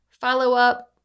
follow-up